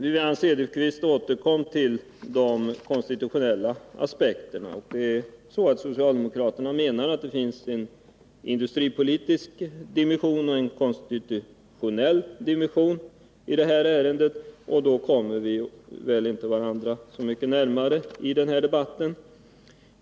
Wivi-Anne Cederqvist återkom till de konstitutionella aspekterna. Socialdemokraterna menar att det finns en industripolitisk dimension och en konstitutionell dimension i det här ärendet, och därför kommer vi väl inte varandra så mycket närmare i den här debatten.